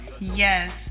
Yes